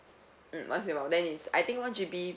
mm once in a while then is I think one G_B